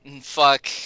fuck